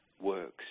works